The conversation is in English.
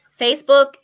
Facebook